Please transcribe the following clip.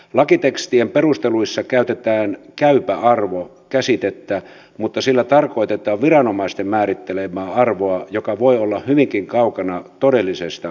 lakitekstien perusteluissa käytetään käypä arvo käsitettä mutta sillä tarkoitetaan viranomaisten määrittelemää arvoa joka voi olla hyvinkin kaukana todellisesta käyvästä arvosta